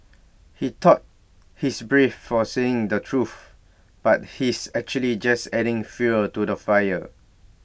he thought he's brave for saying the truth but he's actually just adding fuel to the fire